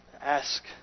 Ask